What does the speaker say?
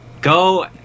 go